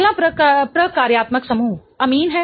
अगला प्रकार्यात्मक समूह अमीन है